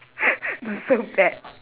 not so bad